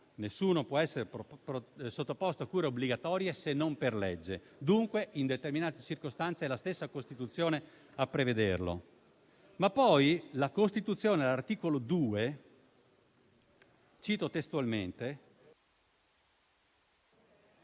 nessuno può essere sottoposto a cure obbligatorie se non per legge. Dunque, in determinate circostanze è la stessa Costituzione a prevederlo. Inoltre, l'articolo 2 della Costituzione